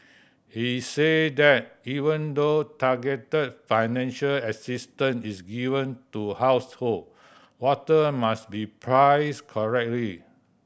he said that even though targeted financial assistant is given to household water must be priced correctly